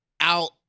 out